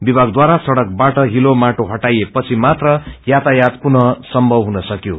विभागद्वारा सड्कबाट हिलो माटो हआइएपिछमात्र यातायात पुनः सम्थव हुन सक्यो